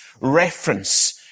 reference